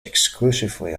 exclusively